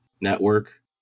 network